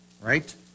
right